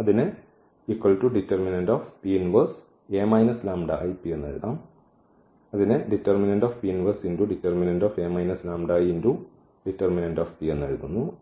അതിനാൽ നമ്മൾ എടുക്കുന്നു